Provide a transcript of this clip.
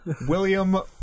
William